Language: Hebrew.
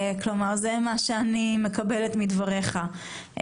זה מה שאני מבינה מדבריך.